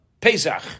Pesach